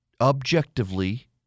Objectively